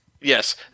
Yes